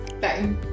Bye